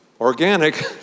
organic